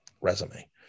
resume